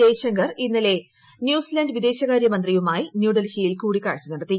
ജയശങ്കർ ഇന്നലെ ന്യൂസിലന്റ് വിദേശകാര്യമന്ത്രിയുമായി ന്യൂഡൽഹിയിൽ കൂടിക്കാഴ്ച നടത്തി